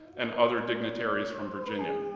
and other dignitaries from virginia.